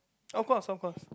of course of course